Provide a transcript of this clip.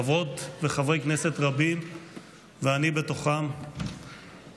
חברות וחברי כנסת רבים ואני בתוכם פוגשים